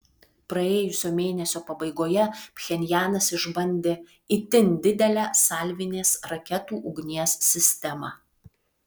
praėjusio mėnesio pabaigoje pchenjanas išbandė itin didelę salvinės raketų ugnies sistemą